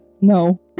No